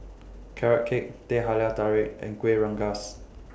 Carrot Cake Teh Halia Tarik and Kueh Rengas